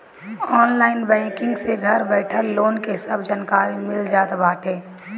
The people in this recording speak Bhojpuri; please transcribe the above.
ऑनलाइन बैंकिंग से घर बइठल लोन के सब जानकारी मिल जात बाटे